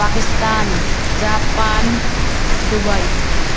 Pakistan Japan Dubai